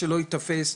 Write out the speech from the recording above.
שלא ייתפס,